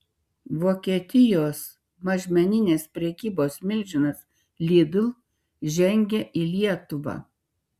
vokietijos mažmeninės prekybos milžinas lidl žengia į lietuvą